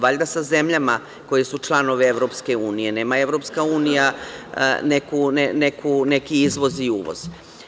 Valjda sa zemljama koje su članovi EU, nema EU neki izvoz i uvoz.